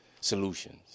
solutions